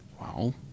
Wow